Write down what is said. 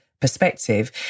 perspective